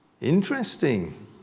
Interesting